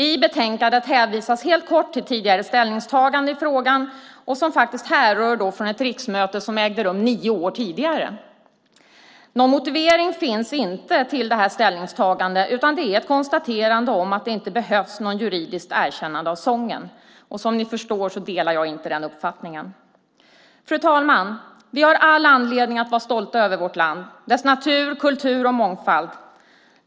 I betänkandet hänvisas helt kort till tidigare ställningstaganden i frågan som härrör från ett riksmöte för nio år sedan. Någon motivering finns inte till ställningstagandet, utan det är ett konstaterande att det inte behövs något juridiskt erkännande av sången. Som ni förstår delar jag inte den uppfattningen. Fru talman! Vi har alla anledning att vara stolta över vårt land, dess natur, kultur och mångfald.